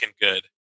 good